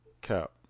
Cap